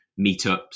meetups